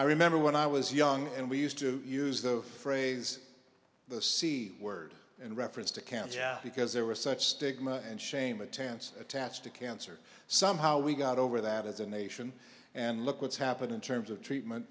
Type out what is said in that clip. i remember when i was young and we used to use the phrase the c word in reference to cancer because there was such stigma and shame a tense attached to cancer somehow we got over that as a nation and look what's happened in terms of treatment